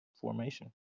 formation